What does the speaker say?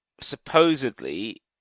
supposedly